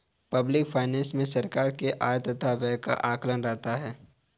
public finance मे सरकार के आय तथा व्यय का आकलन रहता है